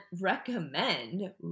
recommend